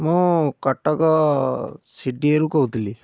ମୁଁ କଟକ ସିଡ଼ିଏରୁ କହୁଥିଲି